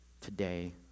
today